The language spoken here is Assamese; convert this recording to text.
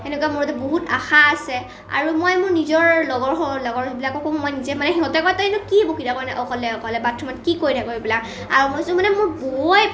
এনেকুৱা মোৰ এটা বহুত আশা আছে আৰু মই মোৰ নিজৰ লগৰ লগৰবিলাককো মই নিজে মানে সিহঁতে কয় তইনো কি বকি থাক ইনে অকলে অকলে বাথৰুমত কি কৰি থাক এইবিলাক আৰু মোৰ বই